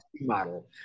model